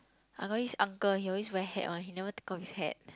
I got this uncle he always wear hat one he never take off his hat